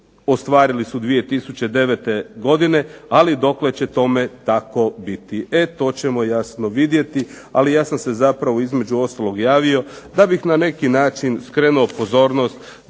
ostvarili su 2009. godine, ali dokle će tome tako biti? E to ćemo, jasno, vidjeti. Ali ja sam se zapravo, između ostalog, javio da bih na neki način skrenuo pozornost